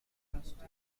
university